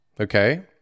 okay